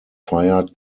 fired